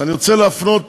אני רוצה להפנות